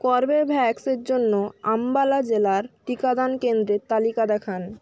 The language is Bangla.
কর্বেভ্যাক্সের জন্য আম্বালা জেলার টিকাদান কেন্দ্রের তালিকা দেখান